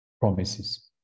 promises